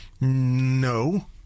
No